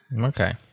Okay